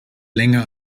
länger